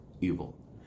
evil